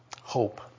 hope